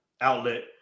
outlet